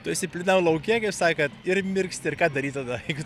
tu esi plynam lauke kaip sakant ir mirksi ir ką daryt tada jeigu